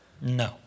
No